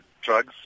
drugs